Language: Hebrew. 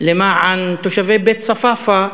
למען תושבי בית-צפאפא,